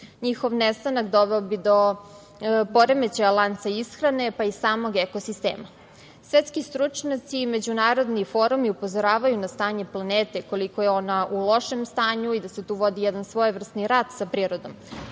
Njihov nestanak doveo bi do poremećaja lanca ishrane, pa i samog ekosistema. Svetski stručnjaci i međunarodni forumu upozoravaju na stanje planete, koliko je ona u lošem stanju i da se tu vodi jedan svojevrsni rat sa prirodom,